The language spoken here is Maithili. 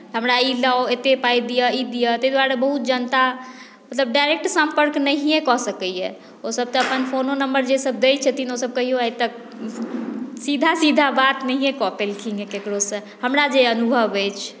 हमरा ई लाउ एतेक पाइ दिअ ई दिअ ताहि द्वारे बहुत जनता मतलब डाइरेक्ट सम्पर्क नहिए कऽ सकैए ओसभ तऽ अपन फोनो नम्बर जेसभ दैत छथिन ओसभ कहियो आइ तक सीधा सीधा बात नहिए कऽ पओलखिन हेँ ककरहुसँ हमरा जे अनुभव अछि